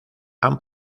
han